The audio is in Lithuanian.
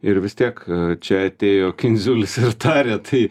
ir vis tiek čia atėjo kindziulis ir tarė tai